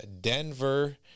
Denver